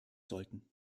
sollten